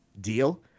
Deal